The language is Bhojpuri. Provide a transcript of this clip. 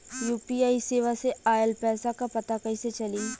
यू.पी.आई सेवा से ऑयल पैसा क पता कइसे चली?